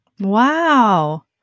Wow